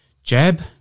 Jab